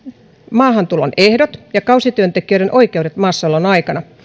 maahantulon ehdot ja kausityöntekijöiden oikeudet maassaolon aikana